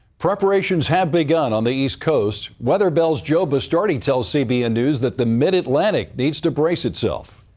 preparations have begun on the east coast. weatherbell's joe bastardi tells cbn news that the mid-atlantic needs to brace itself.